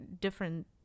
different